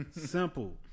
Simple